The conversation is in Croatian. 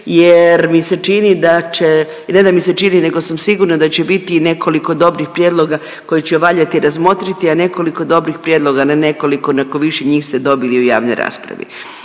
jer mi se čini da će, ne da mi se čini nego sam sigurna da će biti i nekoliko dobrih prijedloga koje će valjati razmotriti, a nekoliko dobrih prijedloga, ne nekoliko nego više njih ste dobili i u javnoj raspravi.